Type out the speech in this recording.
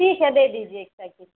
ठीक है दे दीजिए एक साइकिल